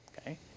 Okay